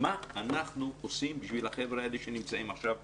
מה אנחנו עושים בשביל החבר'ה האלה שנמצאים עכשיו בזום.